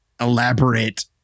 elaborate